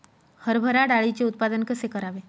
हरभरा डाळीचे उत्पादन कसे करावे?